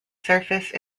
surface